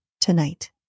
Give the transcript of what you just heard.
tonight